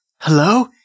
Hello